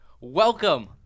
Welcome